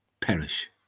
perish